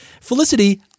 Felicity